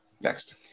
Next